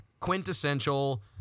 quintessential